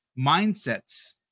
mindsets